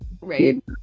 Right